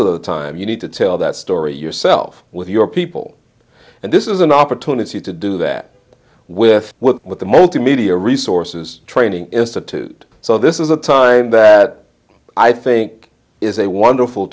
of the time you need to tell that story yourself with your people and this is an opportunity to do that with well with the multimedia resources training institute so this is a time that i think is a wonderful